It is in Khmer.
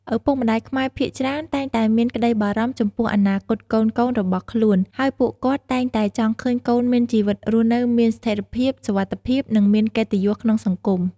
ឪពុកម្ដាយខ្មែរភាគច្រើនតែងតែមានក្ដីបារម្ភចំពោះអនាគតកូនៗរបស់ខ្លួន ហើយពួកគាត់តែងតែចង់ឃើញកូនមានជីវិតរស់នៅមានស្ថិរភាព សុវត្ថិភាព និងមានកិត្តិយសក្នុងសង្គម។